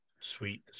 Sweet